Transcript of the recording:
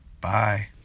Bye